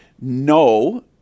No